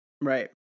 Right